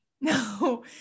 No